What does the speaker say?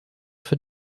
für